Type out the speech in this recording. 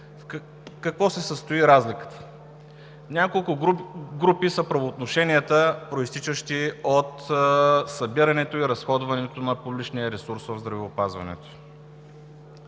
какво се състои разликата? Няколко групи са правоотношенията, произтичащи от събирането и разходването на публичния ресурс в здравеопазването.